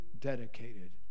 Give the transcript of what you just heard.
Dedicated